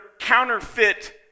counterfeit